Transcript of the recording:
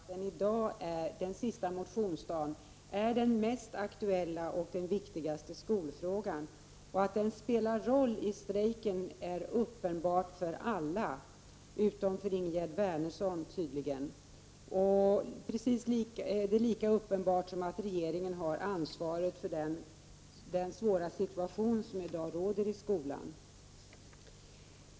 Fru talman! Jag och Ingegerd Wärnersson skall debattera kommunaliseringen ordentligt senare, men ingen kan väl förneka att den i dag, den sista motionsdagen, är den mest aktuella och viktiga skolfrågan. Att den spelar en roll i strejken är uppenbart för alla utom Ingegerd Wärnersson. Det är lika uppenbart som att regeringen har ansvaret för den svåra situation som i dag råder i skolan.